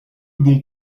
bon